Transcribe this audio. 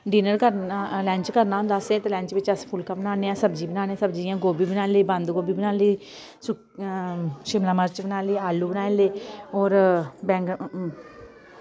dinner करना lunch करना होंदा असें ते लंच बिच अस फुल्का बनाने सब्जी बनाने सब्जी जियां गोबी बना लेई बंदगोभी बना लेई सुक शिमला मर्च बना लेई आलू बनाई ले और बैंगन